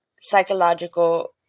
psychological